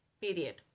Period